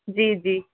जी जी